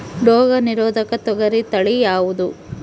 ರೋಗ ನಿರೋಧಕ ತೊಗರಿ ತಳಿ ಯಾವುದು?